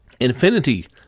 Infinity